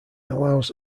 allows